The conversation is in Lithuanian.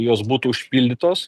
jos būtų užpildytos